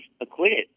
acquitted